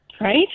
Right